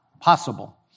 possible